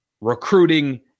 recruiting